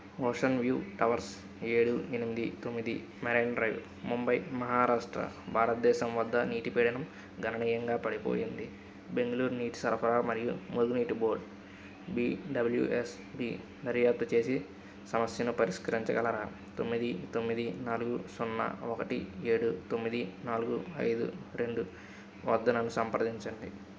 ocean view towers ఏడు ఎనిమిది తొమ్మిది మెరైన్ డ్రైవ్ ముంబై మహారాష్ట్ర భారతదేశం వద్ద నీటి పీడనం గణనీయంగా పడిపోయింది బెంగుళూరు నీటి సరఫరా మరియు మురుగునీటి బోర్డు బిడబ్ల్యూఎస్బి దర్యాప్తు చేసి సమస్యను పరిష్కరించగలరా తొమ్మిది తొమ్మిది నాలుగు సున్నా ఒకటి ఏడు తొమ్మిది నాలుగు ఐదు రెండు వద్ద నన్ను సంప్రదించండి